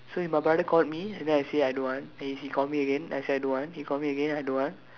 so if my brother called me and then I say I don't want and then he call me again I say I don't want then he call me again I don't want